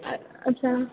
अच्छा